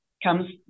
comes